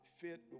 fit